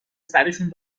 سرشون